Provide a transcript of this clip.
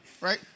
right